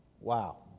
Wow